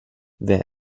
wer